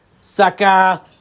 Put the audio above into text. sucker